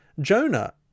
Jonah